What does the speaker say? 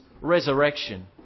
resurrection